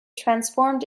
transformed